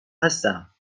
هستم